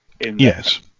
Yes